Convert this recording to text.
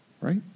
Right